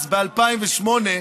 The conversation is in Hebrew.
אז, ב-2008,